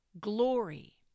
glory